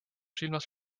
silmas